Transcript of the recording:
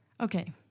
Okay